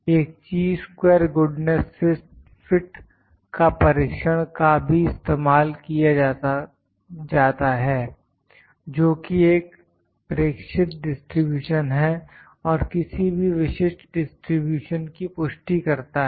एक chi square goodness fit का परीक्षण का भी इस्तेमाल किया जाता है जोकि एक प्रेक्षित डिस्ट्रीब्यूशन है और किसी भी विशिष्ट डिस्ट्रीब्यूशन की पुष्टि करता है